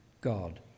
God